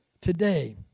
Today